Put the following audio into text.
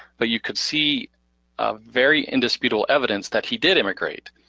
but you could see a very indisputable evidence that he did immigrate,